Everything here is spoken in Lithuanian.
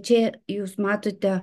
čia jūs matote